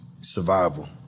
survival